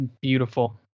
beautiful